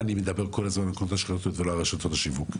ולמה אני מדבר כל הזמן על המכולות השכונתיות ולא על רשתות השיווק?